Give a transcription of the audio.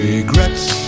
Regrets